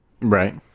Right